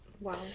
Wow